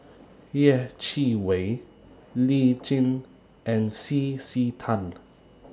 Yeh Chi Wei Lee Tjin and C C Tan